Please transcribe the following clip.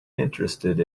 interested